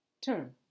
term